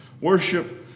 Worship